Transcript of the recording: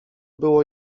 było